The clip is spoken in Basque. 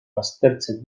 baztertzen